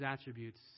attributes